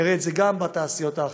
ונראה את זה גם בתעשיות האחרות.